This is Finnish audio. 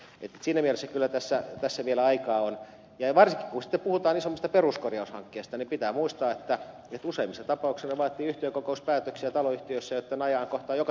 siinä mielessä kyllä tässä vielä aikaa on ja varsinkin kun sitten puhutaan isommista peruskorjaushankkeista niin pitää muistaa että useimmissa tapauksissa ne vaativat taloyhtiöissä yhtiökokouspäätöksiä joitten ajankohta on joka tapauksessa vasta maalishuhtikuussa